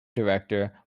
director